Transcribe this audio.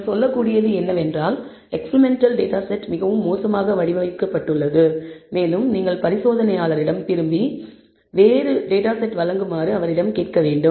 நீங்கள் சொல்லக்கூடியது என்னவென்றால்எக்பெரிமெண்டல் டேட்டா செட் மிகவும் மோசமாக வடிவமைக்கப்பட்டுள்ளது மேலும் நீங்கள் பரிசோதனையாளரிடம் திரும்பி வந்து வேறு டேட்டா செட் வழங்குமாறு அவரிடம் கேட்க வேண்டும்